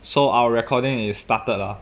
so our recording is started lah